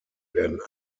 werden